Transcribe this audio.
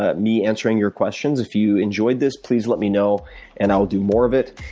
ah me answering your questions. if you enjoyed this, please let me know and i'll do more of it.